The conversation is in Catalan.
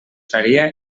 faria